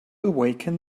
awaken